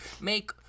make